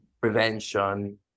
prevention